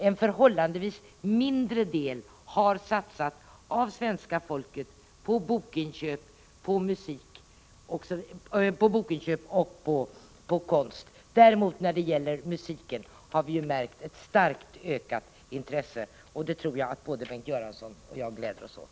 En förhållandevis mindre del av svenska folket har satsat på bokinköp och på konst. När det däremot gäller musiken har vi märkt ett starkt ökat intresse, och det tror jag att både Bengt Göransson och jag glädjer oss åt.